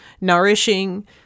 nourishing